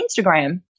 Instagram